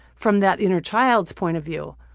from that inner child's point of view.